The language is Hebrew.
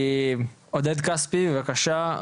עודד כספי בבקשה,